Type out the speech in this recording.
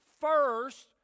first